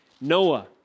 Noah